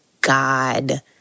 God